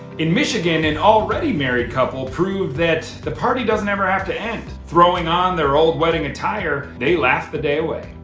in michigan, an already married couple proved that the party doesn't ever have to end. throwing on their old wedding attire, they laughed the day away.